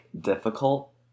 difficult